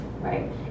right